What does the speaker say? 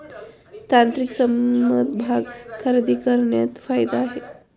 तांत्रिक समभाग खरेदी करण्यात फायदा आहे